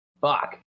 Fuck